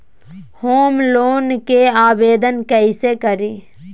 Home loan के आवेदन कैसे करि?